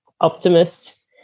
optimist